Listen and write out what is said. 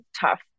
tough